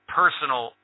personal